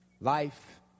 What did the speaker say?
Life